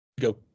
go